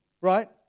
right